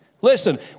Listen